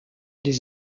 des